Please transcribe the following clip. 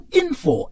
info